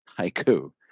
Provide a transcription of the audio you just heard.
haiku